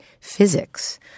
physics